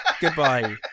goodbye